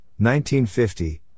1950